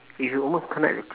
if you almost kena electr~